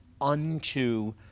unto